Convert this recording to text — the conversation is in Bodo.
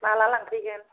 माला लांफैगोन